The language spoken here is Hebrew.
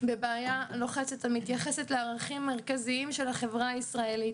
בבעיה לוחצת המתייחסת לערכים מרכזיים של החברה הישראלית.